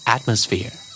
Atmosphere